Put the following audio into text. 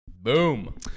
boom